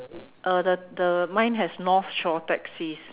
uh the the mine has North Shore taxis